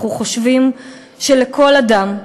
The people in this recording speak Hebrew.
אנחנו חושבים שלכל אדם,